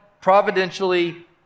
providentially